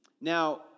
Now